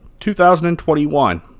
2021